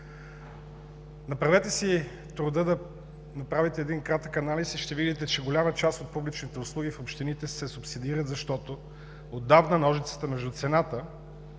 Направете си труда да направите кратък анализ и ще видите, че голяма част от публичните услуги в общините се субсидират, защото отдавна ножицата между цената,